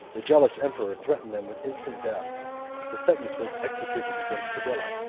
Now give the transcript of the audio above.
the jealous emperor threatened them with instant death the sentence was executed against fadilla,